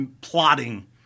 plotting